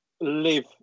live